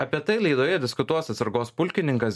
apie tai laidoje diskutuos atsargos pulkininkas